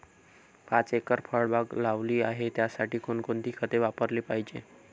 पाच एकर फळबाग लावली आहे, त्यासाठी कोणकोणती खते वापरली पाहिजे?